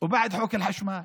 ואומנם נפגע עבירה